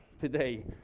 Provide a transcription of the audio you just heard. today